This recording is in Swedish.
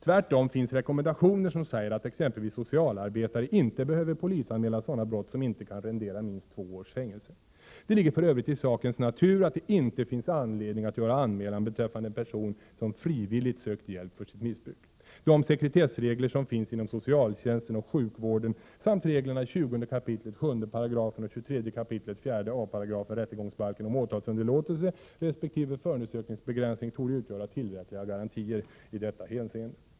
Tvärtom finns rekommendationer som säger att exempelvis socialarbetare inte behöver polisanmäla sådana brott som inte kan rendera minst två års fängelse. Det ligger för övrigt i sakens natur att det inte finns anledning att göra anmälan beträffande en person som frivilligt sökt hjälp för sitt missbruk. De sekretessregler som finns inom socialtjänsten och sjukvården samt reglerna i 20 kap. 7 § och 23 kap. 4 a § rättegångsbalken om åtalsunderlåtelse resp. förundersökningsbegränsning torde utgöra tillräckliga garantier i detta hänseende.